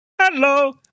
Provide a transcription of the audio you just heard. Hello